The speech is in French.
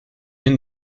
unes